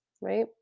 right